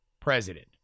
president